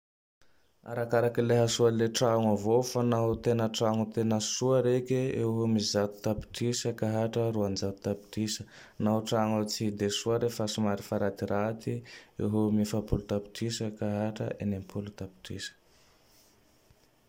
Arakaka le hasoa le tragno avao fa nao tena soa reke eo am zato tapitrisa ka hatra Roanjato tapitrisa. Nao tragno tsy de soa re fa somary ratiraty, eo amin'ny Efapolo tapitrisa ka hatra Enimpolo tapitrisa.